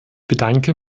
bedanke